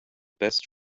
best